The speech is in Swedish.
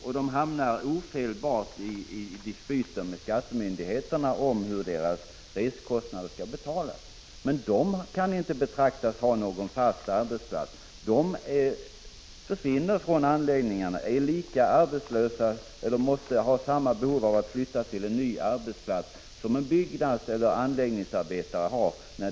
Därför hamnar vederbörande ofelbart i dispyter med skattemyndigheterna om hur resekostnaderna skall betalas. Dessa arbetare kan inte sägas ha någon fast arbetsplats, utan när uppgifterna är klara har de lika stort behov av att flytta till en ny arbetsplats som en byggnadseller anläggningsarbetare.